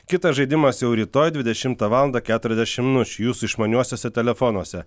kitas žaidimas jau rytoj dvidešimtą valandą keturiasdešimt minučių jūsų išmaniuosiuose telefonuose